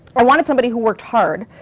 i wanted somebody who worked hard,